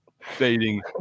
Fading